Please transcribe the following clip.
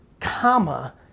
comma